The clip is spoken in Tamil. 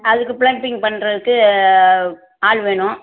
அதுக்கு ப்ளம்ப்பிங் பண்ணுறதுக்கு ஆள் வேணும்